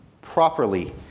properly